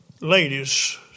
ladies